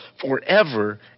forever